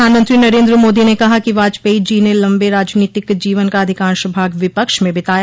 प्रधानमंत्री नरेन्द्र मोदी ने कहा कि वाजपेयी जी ने लम्बे राजनीतिक जीवन का अधिकांश भाग विपक्ष में बिताया